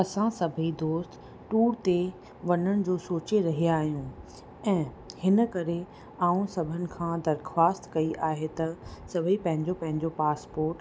असां सभेई दोस्त टूर ते वञण जो सोचे रहिया आहियूं ऐं हिन करे मां सभिनि खां दरख़ास्त कई आहे त सभेई पंहिंजो पंहिंजो पास्पोट